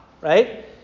right